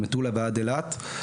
ממטולה עד אילת.